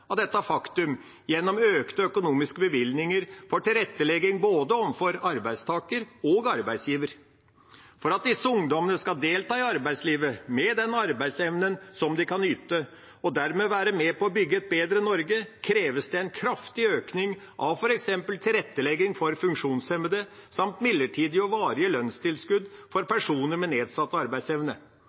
av dette faktum gjennom økte økonomiske bevilgninger for tilrettelegging overfor både arbeidstaker og arbeidsgiver. For at disse ungdommene skal delta i arbeidslivet med den arbeidsevnen som de kan yte, og dermed være med på å bygge et bedre Norge, kreves det en kraftig økning av f.eks. tilrettelegging for funksjonshemmede samt midlertidige og varige lønnstilskudd for personer med nedsatt arbeidsevne.